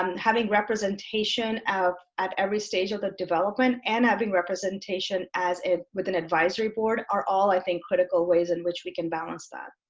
um having representation out at every stage of the development, and having representation as it with an advisory board are all i think critical ways in which we can balance that.